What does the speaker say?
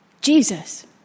Jesus